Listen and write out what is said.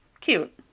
Cute